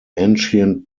ancient